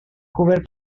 cobert